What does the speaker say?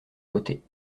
votée